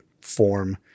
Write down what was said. form